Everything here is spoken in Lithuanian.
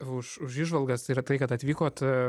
už už įžvalgas ir tai kad atvykot